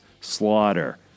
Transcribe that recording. slaughter